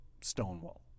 Stonewall